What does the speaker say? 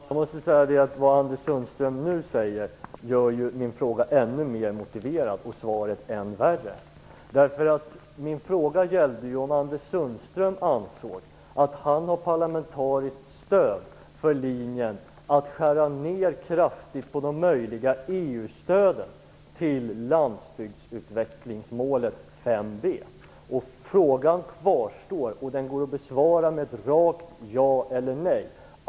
Fru talman! Vad Anders Sundström nu säger gör min fråga ännu mer motiverad och svaret än värre. Min fråga gällde om Anders Sundström ansåg att han har parlamentariskt stöd för linjen att kraftigt skära ner på de möjliga EU-stöden till landsbygdsutvecklingsmålet 5b. Frågan kvarstår, och den går att besvara med ett rakt ja eller nej.